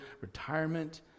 retirement